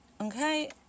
Okay